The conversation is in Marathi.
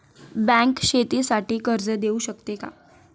बँक शेतीसाठी कर्ज देऊ शकते का?